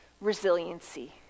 resiliency